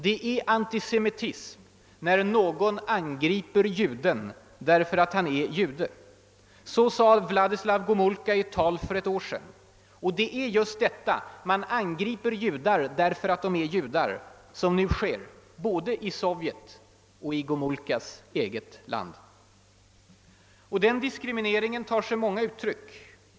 »Det är antisemitism när någon angriper juden därför att han är jude.» Så sade Wladyslaw Gomulka i ett tal för ett år sedan. Det är just detta — man angriper judar därför att de är judar — som nu sker både i Sovjet och i Gomulkas eget land. Denna diskriminering tar sig många uttryck.